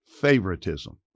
favoritism